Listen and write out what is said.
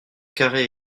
carré